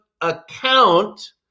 account